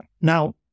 Now